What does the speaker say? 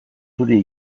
zuri